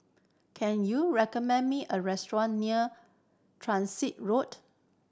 can you recommend me a restaurant near Transit Road